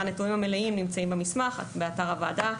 הנתונים המלאים נמצאים במסמך באתר הוועדה,